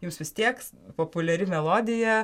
jūsų vis tieks populiari melodija